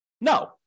No